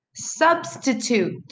Substitute